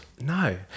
no